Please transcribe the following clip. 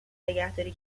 نگهداری